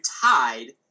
tied